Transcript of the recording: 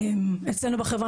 אצלנו בחברה,